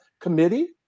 committee